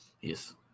Yes